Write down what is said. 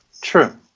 True